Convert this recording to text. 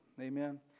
amen